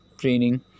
training